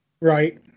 Right